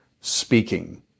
speaking